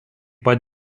pat